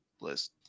list